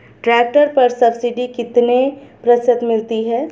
Tractor पर subsidy कितने प्रतिशत मिलती है?